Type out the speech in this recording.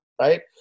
right